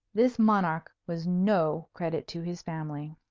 this monarch was no credit to his family.